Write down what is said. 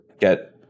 get